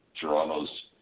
Toronto's